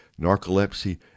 narcolepsy